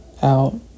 Out